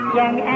young